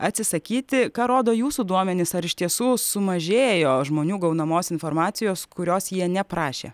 atsisakyti ką rodo jūsų duomenys ar iš tiesų sumažėjo žmonių gaunamos informacijos kurios jie neprašė